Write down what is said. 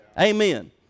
Amen